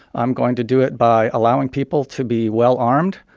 i'm going to do it by allowing people to be well-armed.